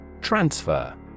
Transfer